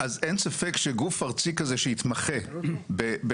אז אין ספר שגוף ארצי כזה שיתמחה ברישוי,